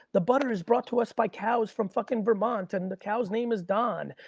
the butter is brought to us by cows from fucking vermont, and the cows name is don.